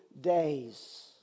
days